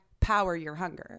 #PowerYourHunger